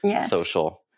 social